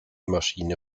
maschine